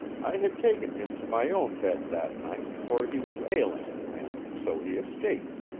i had taken him to my own bed that night, for he was ailing, and so he escaped.